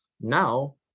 Now